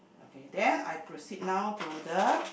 okay then I proceed now to the